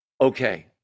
okay